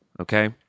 okay